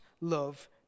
love